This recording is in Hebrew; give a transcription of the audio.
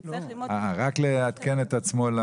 הוא יצטרך ללמוד --- אה, רק לעדכן את עצמו.